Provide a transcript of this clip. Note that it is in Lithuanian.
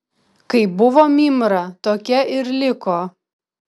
kaip buvo mymra tokia ir liko